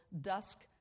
dusk